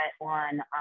on